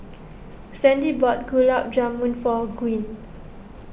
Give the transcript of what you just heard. Sandie bought Gulab Jamun for Gwyn